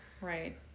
Right